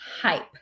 hype